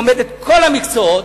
לומד את כל המקצועות.